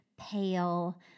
pale